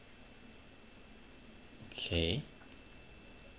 okay